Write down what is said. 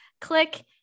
click